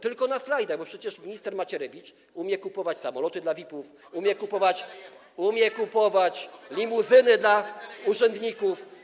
Tylko na slajdach, choć przecież minister Macierewicz umie kupować samoloty dla VIP-ów, umie kupować limuzyny dla urzędników.